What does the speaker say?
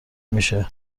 میشه